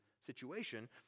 situation